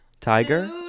tiger